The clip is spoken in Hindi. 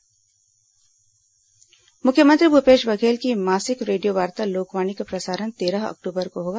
लोकवाणी मुख्यमंत्री भूपेश बघेल की मासिक रेडियोवार्ता लोकवाणी का प्रसारण तेरह अक्टूबर को होगा